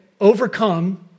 overcome